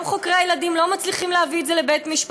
גם חוקרי הילדים לא מצליחים להביא את זה לבית-המשפט.